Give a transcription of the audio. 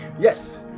yes